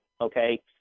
okay